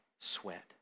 sweat